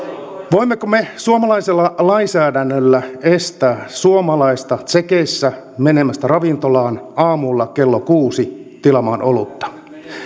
voimmeko me suomalaisella lainsäädännöllä estää suomalaista tsekissä menemästä ravintolaan aamulla kello kuuteen tilaamaan olutta